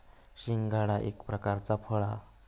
शिंगाडा एक प्रकारचा फळ हा